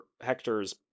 hector's